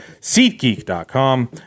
SeatGeek.com